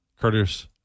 Curtis